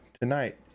tonight